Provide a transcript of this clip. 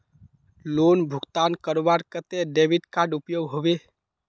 Loan भुगतान करवार केते डेबिट कार्ड उपयोग होबे?